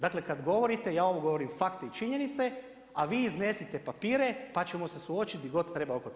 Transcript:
Dakle, kad govorite, ja ovo govorim fakte i činjenice, a vi iznesite papire pa ćemo se suočiti di god treba oko toga.